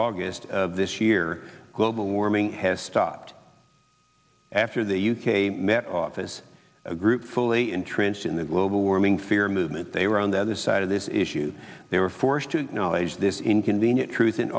august this year global warming has stopped after the u k met office a group fully entrenched in the global warming fear movement they were on the other side of this issue they were forced to knowledge this inconvenient truth in